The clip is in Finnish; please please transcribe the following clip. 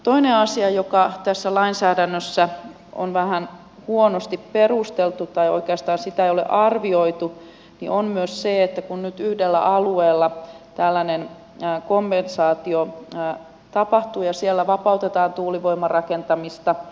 toinen asia joka tässä lainsäädännössä on vähän huonosti perusteltu tai oikeastaan sitä ei ole arvioitu on se että nyt yhdellä alueella tällainen kompensaatio tapahtuu ja siellä vapautetaan tuulivoimarakentamista